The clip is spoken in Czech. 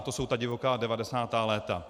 To jsou ta divoká 90. léta.